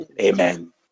amen